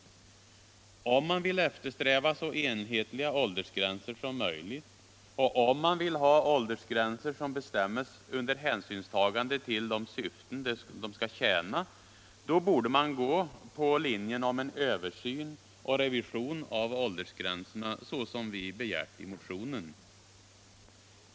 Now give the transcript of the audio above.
Om man vill eftersträva så enhetliga åldersgränser som möjligt och om man vill ha åldersgränser som bestämmes under hänsynstagande till de syften de skall tjäna borde man gå på linjen om översyn och revision av åldersgränserna såsom vi begärt i motionen.